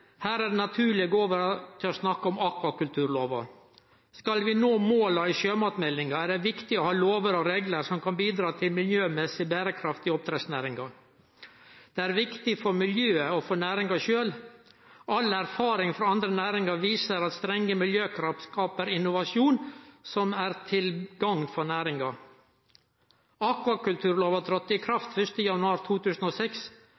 Her er det naturleg å gå over til å snakke om akvakulturlova. Skal vi nå måla i sjømatmeldinga, er det viktig å ha lover og reglar som kan bidra til miljømessig berekraft i oppdrettsnæringa. Det er viktig for miljøet og for næringa sjølv. All erfaring frå andre næringar viser at strenge miljøkrav skaper innovasjon som er til gagn for næringa. Akvakulturlova trådde i